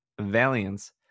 valiance